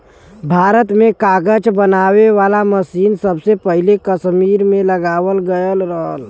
भारत में कागज बनावे वाला मसीन सबसे पहिले कसमीर में लगावल गयल रहल